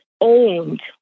Owned